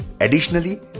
Additionally